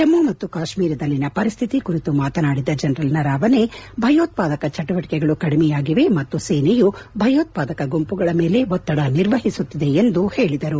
ಜಮ್ನು ಮತ್ತು ಕಾಶ್ಮೀರದಲ್ಲಿನ ಪರಿಸ್ಥಿತಿ ಕುರಿತು ಮಾತನಾಡಿದ ಜನರಲ್ ನರಾವನೆ ಭಯೋತ್ವಾದಕ ಚಟುವಟಕೆಗಳು ಕಡಿಮೆಯಾಗಿವೆ ಮತ್ತು ಸೇನೆಯು ಭಯೋತ್ವಾದಕ ಗುಂಪುಗಳ ಮೇಲೆ ಒತ್ತಡ ನಿರ್ವಹಿಸುತ್ತಿದೆ ಎಂದು ಹೇಳಿದರು